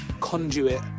conduit